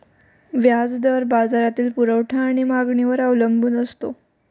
व्याज दर बाजारातील पुरवठा आणि मागणीवर अवलंबून असतो